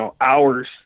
hours